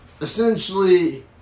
essentially